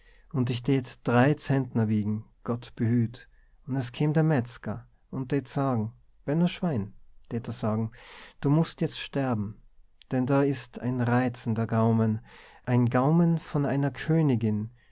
und ich tät drei zentner wiegen gott behüt und es käm der metzger und tät sagen benno schwein tät er sagen du mußt jetzt sterben denn da ist ein reizender gaumen ein gaumen von einer königin